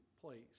place